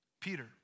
Peter